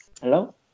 hello